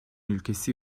ülkesi